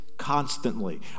Constantly